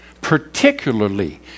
particularly